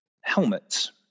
Helmets